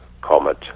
comet